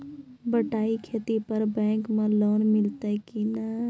बटाई खेती पर बैंक मे लोन मिलतै कि नैय?